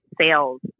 sales